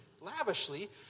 lavishly